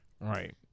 Right